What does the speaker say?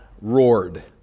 roared